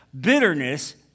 bitterness